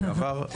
לשעבר,